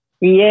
Yes